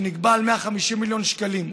שנקבע על 150 מיליון שקלים,